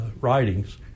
writings